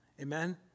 Amen